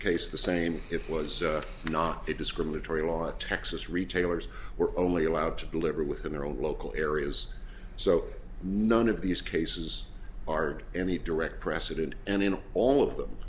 case the same it was not a discriminatory law at texas retailers were only allowed to deliver within their own local areas so none of these cases are any direct precedent and in all of them